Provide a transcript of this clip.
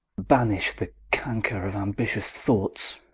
banish the canker of ambitious thoughts